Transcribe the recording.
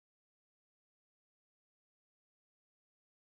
now Ka-Ping is into archery